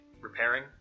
repairing